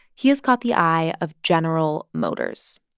he has caught the eye of general motors.